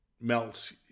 melts